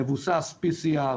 מבוסס PCR,